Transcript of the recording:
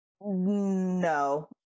No